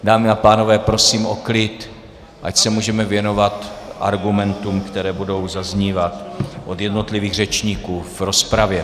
Dámy a pánové, prosím o klid, ať se můžeme věnovat argumentům, které budou zaznívat od jednotlivých řečníků v rozpravě.